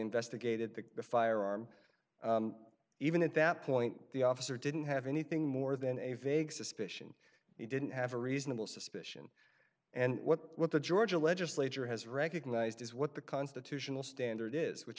investigated the firearm even at that point the officer didn't have anything more than a vague suspicion he didn't have a reasonable suspicion and what the georgia legislature has recognized is what the constitutional standard is which